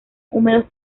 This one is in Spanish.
húmedos